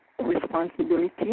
responsibility